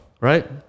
Right